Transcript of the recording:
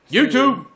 YouTube